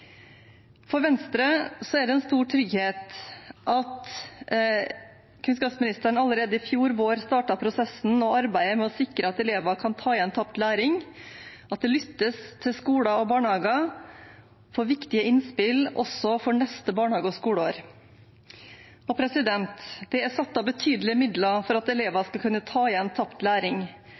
For Venstre er det en stor trygghet at kunnskapsministeren allerede i fjor vår startet prosessen og arbeidet med å sikre at elever kan ta igjen tapt læring, og at det lyttes til skoler og barnehager for å få viktige innspill også for neste barnehage- og skoleår. Det er satt av betydelige midler for at elever skal kunne ta igjen tapt læring,